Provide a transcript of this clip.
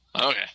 okay